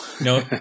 No